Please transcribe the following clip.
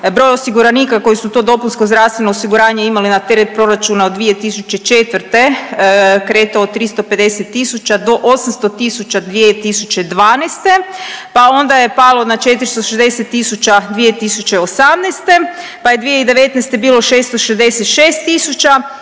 broj osiguranika koji su to dopunsko zdravstveno osiguranje imali na teret proračuna od 2004. kretao od 350 tisuća do 800 tisuća 2012., pa onda je palo na 460 tisuća 2018., pa je 2019. bilo 666